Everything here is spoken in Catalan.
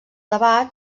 debat